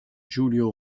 giulio